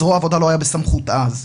"זרוע העבודה" לא היה בסמכות אז,